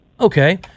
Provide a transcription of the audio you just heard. Okay